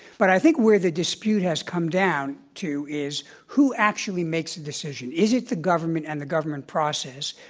but i think where the dispute has come down to is who actually makes the decision. is it the government and the government process,